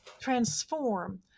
Transform